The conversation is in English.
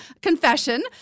Confession